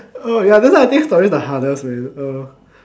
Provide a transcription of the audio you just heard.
oh ya that's why I think stories are the hardest man oh